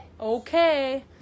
Okay